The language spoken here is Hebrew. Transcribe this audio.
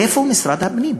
איפה משרד הפנים?